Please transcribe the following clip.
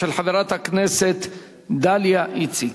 של חברת הכנסת דליה איציק.